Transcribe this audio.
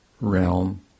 realm